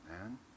man